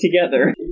together